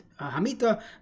Hamita